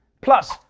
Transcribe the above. Plus